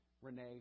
Renee